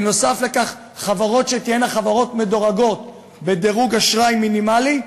ובנוסף לכך חברות שתהיינה חברות מדורגות בדירוג אשראי מינימלי,